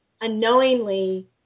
unknowingly